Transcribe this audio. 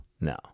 no